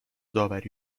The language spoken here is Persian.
داوری